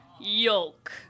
Yolk